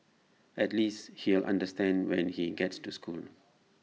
at least he'll understand when he gets to school